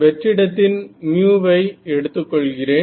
வெற்றிடத்தின் μவை எடுத்துக் கொள்கிறேன்